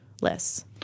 lists